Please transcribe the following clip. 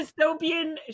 dystopian